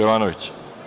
Jovanović.